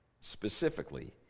Specifically